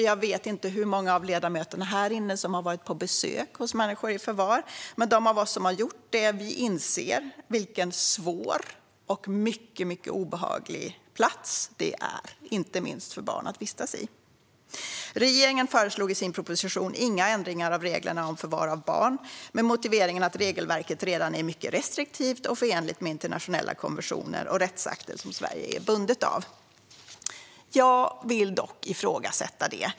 Jag vet inte hur många av ledamöterna här inne som har varit på besök hos människor i förvar, men de av oss som har varit det inser vilken svår och mycket, mycket obehaglig plats det är att vistas på, inte minst för barn. Regeringen föreslog i sin proposition inga ändringar av reglerna om förvar av barn, med motiveringen att regelverket redan är mycket restriktivt och förenligt med internationella konventioner och rättsakter som Sverige är bundet av. Jag vill dock ifrågasätta detta.